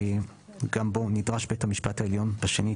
גם בו נדרש בית המשפט העליון בשנית